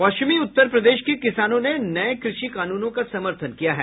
पश्चिमी उत्तर पदेश के किसानों ने नये कृषि कानूनों का समर्थन किया है